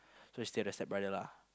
so she stay at the stepbrother lah